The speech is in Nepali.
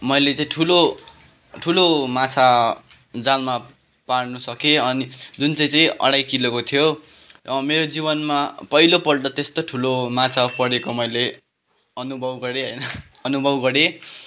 मैले चाहिँ ठुलो ठुलो माछा जालमा पार्नु सकेँ अनि जुन चाहिँ चाहिँ अढाई किलोको थियो मेरो जीवनमा पहिलोपल्ट त्यस्तो ठुलो माछा परेको मैले अनुभव गरेँ अनुभव गरेँ